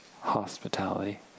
hospitality